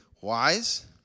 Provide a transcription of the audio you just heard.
wise